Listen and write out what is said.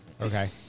Okay